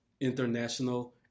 international